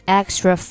extra